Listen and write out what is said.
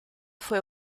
fue